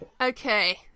Okay